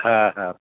হ্যাঁ হ্যাঁ